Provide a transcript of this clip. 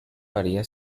varía